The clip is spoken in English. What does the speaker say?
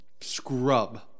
scrub